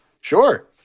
Sure